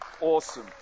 awesome